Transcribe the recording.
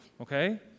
okay